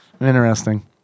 Interesting